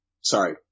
Sorry